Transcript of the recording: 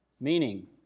Meaning